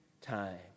time